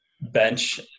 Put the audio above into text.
bench